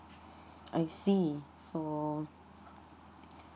I see so